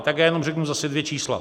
Tak jenom řeknu zase dvě čísla.